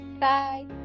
Bye